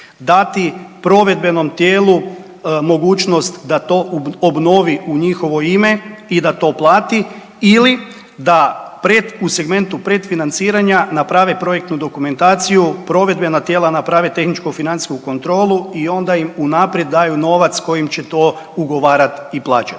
Dati provedbenom tijelu mogućnost da to obnovi u njihovo ime i da to platili ili da pred u segmentu predfinanciranja naprave projektnu dokumentaciju, provedbena tijela naprave tehničko financijsku kontrolu i onda im unaprijed daju novac kojim će to ugovarat i plaćat.